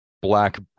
black